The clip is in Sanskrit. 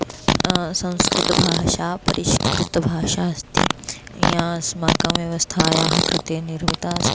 संस्कृतभाषा परिष्कृतभाषा अस्ति या अस्माकं व्यवस्थायाः कृते निर्मिता अस्ति